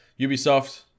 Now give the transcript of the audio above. Ubisoft